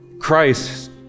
Christ